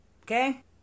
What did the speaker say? okay